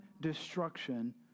destruction